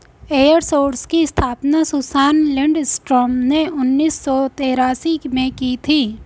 एपर सोर्स की स्थापना सुसान लिंडस्ट्रॉम ने उन्नीस सौ तेरासी में की थी